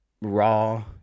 raw